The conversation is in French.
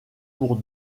pour